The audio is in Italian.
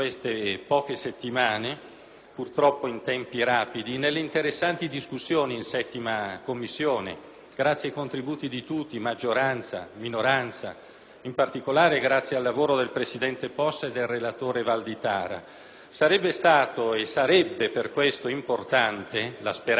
purtroppo in tempi rapidi, nelle interessanti discussioni in 7a Commissione, grazie ai contributi di tutti, maggioranza e minoranza, in particolare grazie al lavoro del presidente Possa e del relatore Valditara. Sarebbe stato e sarebbe per questo importante - questa è la speranza - trasferire quel metodo,